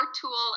tool